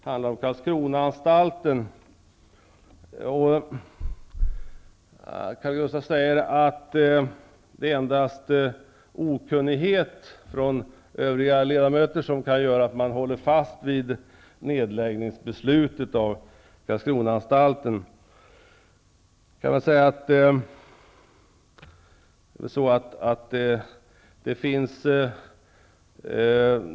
Karl Gustaf Sjödin säger att det endast är okunnighet hos övriga ledamöter som kan göra att man håller fast vid beslutet att lägga ned Karlskronaanstalten.